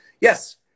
Yes